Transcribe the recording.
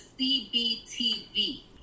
CBTV